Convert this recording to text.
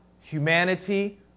humanity